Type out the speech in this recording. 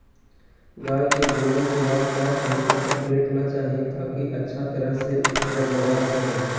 गाय के भोजन के बाद पांच घंटा तक लेटना चाहि, ताकि अच्छा तरह से जगमगा सकै